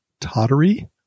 tottery